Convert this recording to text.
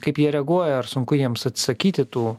kaip jie reaguoja ar sunku jiems atsakyti tų